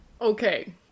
Okay